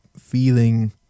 feeling